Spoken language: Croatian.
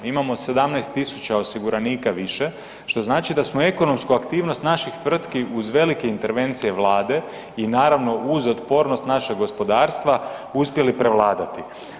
Imamo 17.000 osiguranika više što znači da smo ekonomsku aktivnost naših tvrtki uz velike intervencije Vlade i naravno uz otpornost našeg gospodarstva uspjeli prevladati.